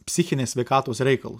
psichinės sveikatos reikalus